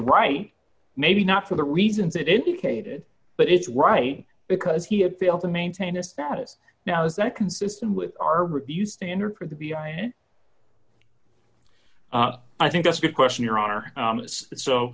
right maybe not for the reasons that indicated but it's right because he had failed to maintain a status now is that consistent with our review standard for the beyond i think that's a good question your honor